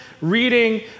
reading